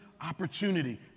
opportunity